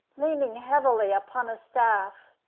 leaning heavily upon a staff.